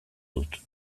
dut